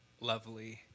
lovely